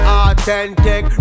authentic